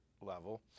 level